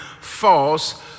false